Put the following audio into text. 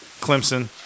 Clemson